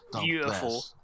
beautiful